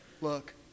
Look